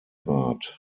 rat